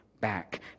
back